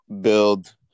build